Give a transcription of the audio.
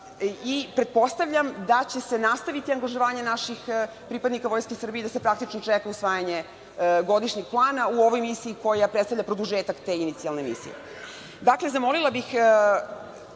i pretpostavljam da će se nastaviti angažovanje naših pripadnika Vojske Srbije i da se praktično čeka usvajanje godišnjeg plana u ovoj misiji koja predstavlja produžetak te inicijalne misije. Dakle, zamolila bih